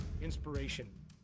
inspiration